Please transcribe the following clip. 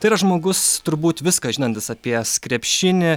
tai yra žmogus turbūt viską žinantis apie skrepšinį